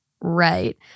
Right